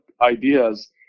ideas